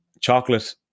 chocolate